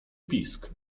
pisk